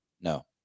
No